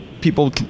people